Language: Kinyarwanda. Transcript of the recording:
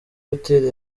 hoteli